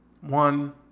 one